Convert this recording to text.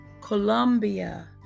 Colombia